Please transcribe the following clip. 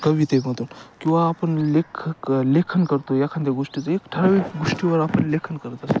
कवितेमधून किंवा आपण लेखक लेखन करतो एखाद्या गोष्टीचा एक ठराविक गोष्टीवर आपण लेखन करत असतो